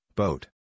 boat